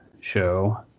show